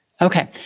Okay